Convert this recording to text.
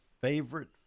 favorite